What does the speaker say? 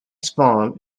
spawn